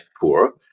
poor